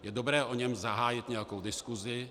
Je dobré o něm zahájit nějakou diskusi.